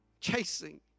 chasing